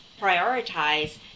prioritize